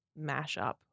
mashup